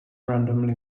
randomly